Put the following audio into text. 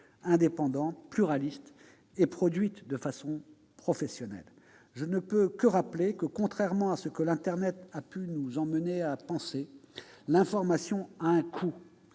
indépendante, pluraliste et produite de manière professionnelle. Je rappelle que, contrairement à ce que l'internet a pu nous conduire à penser, l'information a un coût